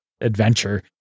adventure